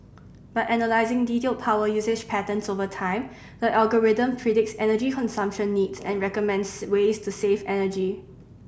by analysing detailed power usage patterns over time the algorithm predicts energy consumption needs and recommends ways to save energy